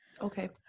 Okay